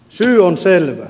syy on selvä